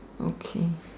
okay